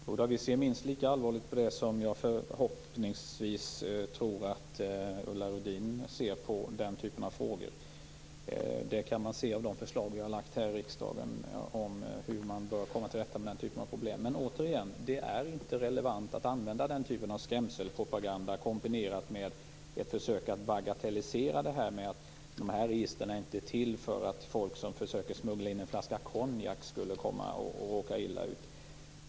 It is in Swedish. Fru talman! Vi ser minst lika allvarligt på den typen av frågor som jag tror att Ulla Wester-Rudin gör. Det förstår man om man tar del av de förslag som vi har lagt fram här i riksdagen om hur man bör komma till rätta med den typen av problem. Jag vill återigen säga att det inte är relevant att använda den typen av skrämselpropaganda. Den kombineras med ett försök att bagatellisera. Man säger att registren inte är till för folk som försöker smuggla in en falska konjak och att de inte kommer att råka illa ut.